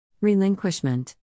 Relinquishment